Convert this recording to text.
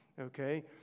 Okay